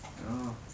ya